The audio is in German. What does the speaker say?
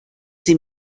sie